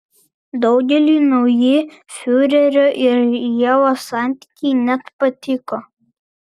daugeliui nauji fiurerio ir ievos santykiai net patiko